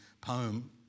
poem